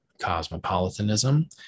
cosmopolitanism